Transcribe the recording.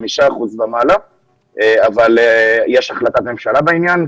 אחוזים ומעלה אבל יש החלטת ממשלה בעניין.